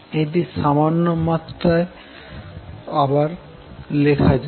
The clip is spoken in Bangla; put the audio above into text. এটি সামান্য মাত্রায় আবার লেখা যাক